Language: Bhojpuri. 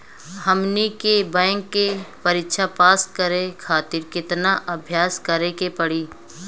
हमनी के बैंक के परीक्षा पास करे खातिर केतना अभ्यास करे के पड़ी?